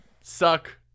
suck